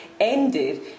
ended